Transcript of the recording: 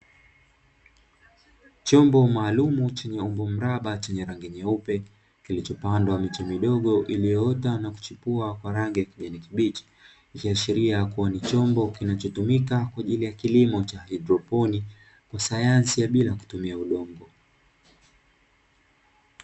Chombo maalumu chenye umbo duara, kilichopandwa miche midogo iliyoota na kuchipua kwa rangi ya kijani kibichi. Ikiashiria kuwa ni chombo kinachotumika kwa ajili ya kilimo cha haidroponi kwa sayansi ya kutotumia udongo.